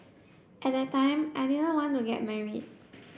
at that time I didn't want to get married